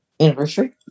anniversary